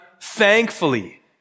thankfully